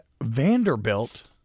Vanderbilt